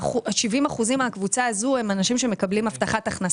70% מן הקבוצה הזאת הם אנשים שמקבלים הבטחת הכנסה.